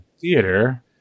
theater